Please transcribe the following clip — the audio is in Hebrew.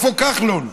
איפה כחלון?